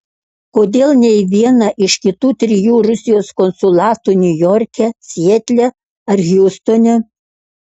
kodėl ne į vieną iš kitų trijų rusijos konsulatų niujorke sietle ar hjustone